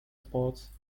sports